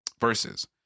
verses